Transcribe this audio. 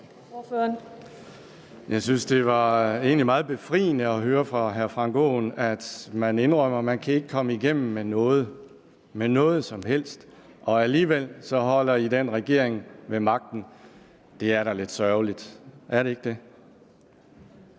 Jeg synes, det egentlig var meget befriende at høre fra hr. Frank Aaens side, at man indrømmer, at man ikke kan komme igennem med noget som helst. Men alligevel holder man den regering ved magten – det er da lidt sørgerligt, er det ikke det?